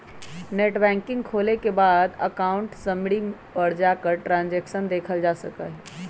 net banking खोले के बाद अकाउंट समरी पर जाकर ट्रांसैक्शन देखलजा सका हई